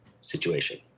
situation